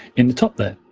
in the top there.